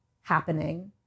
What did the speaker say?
happening